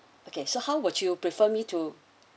okay so how would you prefer me to